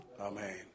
Amen